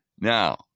Now